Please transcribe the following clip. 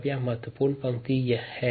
यह यहाँ की महत्वपूर्ण पंक्ति है